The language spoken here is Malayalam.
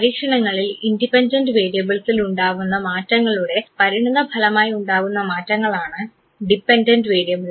പരീക്ഷണങ്ങളിൽ ഇൻഡിപെൻഡൻറ് വേരിയബിൾസിൽ ഉണ്ടാവുന്ന മാറ്റങ്ങളുടെ പരിണിത ഫലമായി ഉണ്ടാകുന്ന മാറ്റങ്ങളാണ് ഡിപെൻഡൻറ് വേരിയബിൾസ്